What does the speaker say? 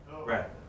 Right